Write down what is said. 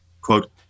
quote